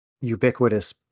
ubiquitous